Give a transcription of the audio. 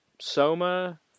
Soma